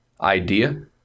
idea